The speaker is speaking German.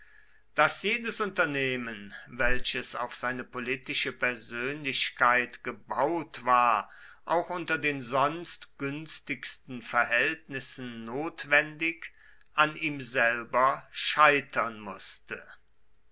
daß jedes unternehmen welches auf seine politische persönlichkeit gebaut war auch unter den sonst günstigsten verhältnissen notwendig an ihm selber scheitern mußte